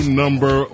number